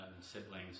siblings